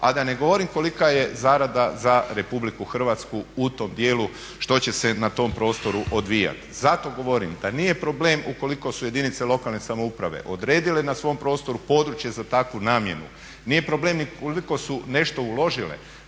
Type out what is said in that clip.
a da ne govorim kolika je zarada za Republiku Hrvatsku u tom dijelu što će se na tom prostoru odvijati. Zato govorim da nije problem ukoliko su jedinice lokalne samouprave odredile na svom prostoru područje za takvu namjenu. Nije ni problem koliko su nešto uložile.